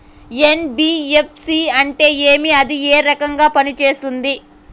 NBFC అంటే ఏమి అది ఏ రకంగా పనిసేస్తుంది